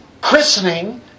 christening